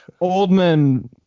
oldman